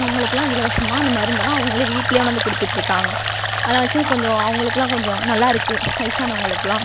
அவங்களுக்குலாம் இலவசமாக அந்த மருந்தெல்லாம் அவங்களே வீட்டிலயே கொண்டாந்து கொடுத்திட்டுருக்காங்க அதை வச்சு கொஞ்சம் அவங்களுக்குலாம் கொஞ்சம் நல்லா இருக்குது வயதானவங்களுக்குலாம்